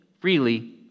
freely